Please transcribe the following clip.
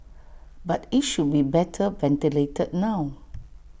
but IT should be better ventilated now